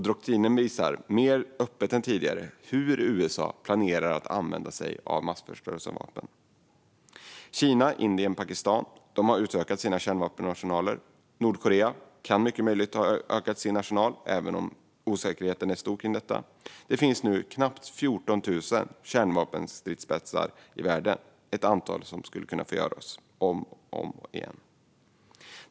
Doktrinen visar mer öppet än tidigare hur USA planerar att använda sig av massförstörelsevapen. Kina, Indien och Pakistan har utökat sina kärnvapenarsenaler. Det är mycket möjligt att Nordkorea har utökat sin arsenal, även om osäkerheten kring detta är stor. Det finns nu knappt 14 000 kärnvapenstridsspetsar i världen. Det är ett antal som skulle kunna förgöra oss om och om igen.